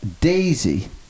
daisy